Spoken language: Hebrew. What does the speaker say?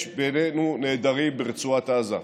יש בינינו נעדרים ברצועת עזה,